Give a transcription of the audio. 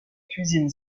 cuisine